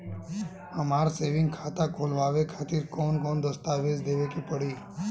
हमार सेविंग खाता खोलवावे खातिर कौन कौन कागज देवे के पड़ी?